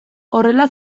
horrela